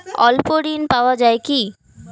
স্বল্প ঋণ পাওয়া য়ায় কি?